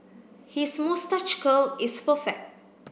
his moustache curl is perfect